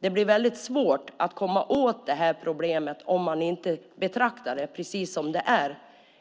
Det blir svårt att komma åt problemet om man inte betraktar det precis som det är, nämligen